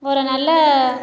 ஒரு நல்ல